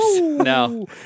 No